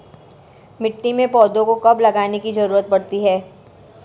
मिट्टी में पौधों को कब लगाने की ज़रूरत पड़ती है?